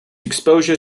exposure